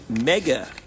mega